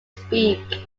speak